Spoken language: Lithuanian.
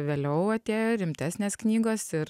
vėliau atėjo rimtesnės knygos ir